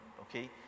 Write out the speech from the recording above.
okay